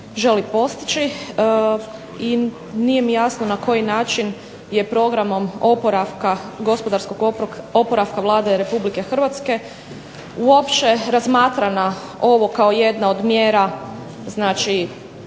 želi postići, i nije mi jasno na koji način je programom oporavka, gospodarskog oporavka Vlade Republike Hrvatske uopće razmatrana ovo kao jedna od mjera znači